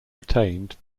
retained